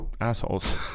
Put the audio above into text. assholes